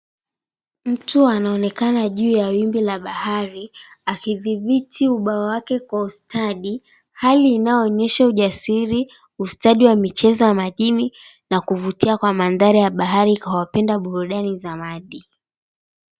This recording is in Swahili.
Mtu anaonekana juu ya wimbi la bahari akidhibiti uba wake kwa ustadi, hali inayoonyesha ujasiri, ustadi wa michezo ya majini na kuvutia kwa mandhari ya bahari kwa wapenda burudani za maji.